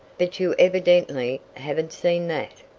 but you evidently haven't seen that.